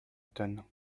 tonnes